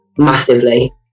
Massively